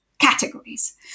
categories